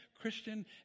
Christian